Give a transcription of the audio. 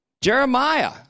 Jeremiah